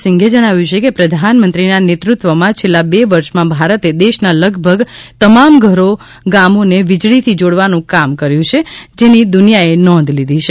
સિંઘે જણાવ્યુ છે કે પ્રધાનમંત્રીના નેતૃત્વમાં છેલ્લા બે વર્ષમાં ભારતે દેશના લગભગ તમામ ગામો ઘરોને વીજળીથી જોડવાનું કામ કર્યુ છે જેની દુનિયાએ નોંધ લીધી છે